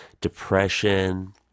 depression